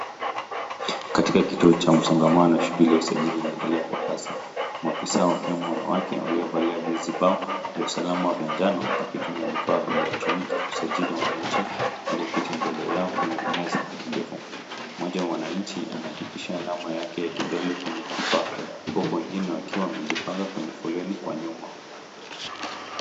Katika kituo cha msongamano shuguli ya usajili unaendlea kwa kazi. Maafisa wakiwemo wanawake waliovalia vizibao vya usalama vya njano wakitumia vifaa vya elektroniki kusajili wananchi. Walioketi mbele yao kwenye meza ndefu. Mmoja wa wananchi anahakikisha alama yake ya kidole kwenye kifa huku wengine wakiwa wamejipanga kwenye foleni kwa nyuma.